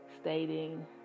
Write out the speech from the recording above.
stating